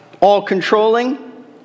all-controlling